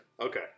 Okay